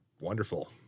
wonderful